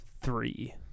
Three